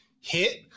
hit